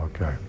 Okay